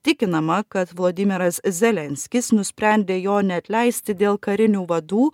tikinama kad vlodimiras zelenskis nusprendė jo neatleisti dėl karinių vadų